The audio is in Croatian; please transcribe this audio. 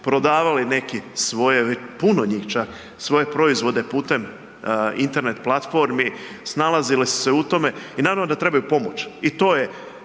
prodavali neki svoje, puno njih čak, svoje proizvode putem Internet platformi, snalazili su se u tome i naravno da trebaju pomoć.